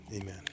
Amen